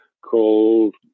called